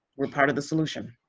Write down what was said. we're part of the solution.